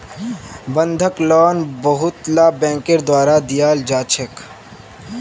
बंधक लोन बहुतला बैंकेर द्वारा दियाल जा छे